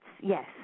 yes